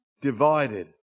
divided